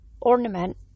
ornament